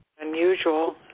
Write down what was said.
Unusual